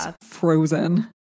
frozen